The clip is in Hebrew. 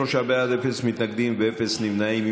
23 בעד, אין מתנגדים ואין נמנעים.